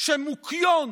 שבו מוקיון